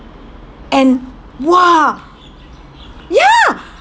and !wah! ya